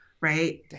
Right